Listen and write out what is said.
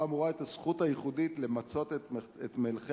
האמורה את הזכות הייחודית למצות את מלחי-המחצב,